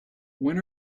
when